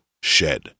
Shed